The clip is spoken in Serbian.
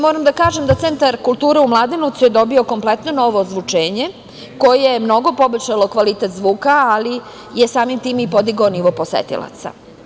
Moram da kažem da Centar kulture u Mladenovcu je dobio kompletno novo ozvučenje koje je mnogo poboljšalo kvalitet zvuka, ali je i samim tim podigao nivo posetilaca.